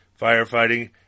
firefighting